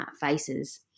faces